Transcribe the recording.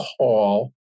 call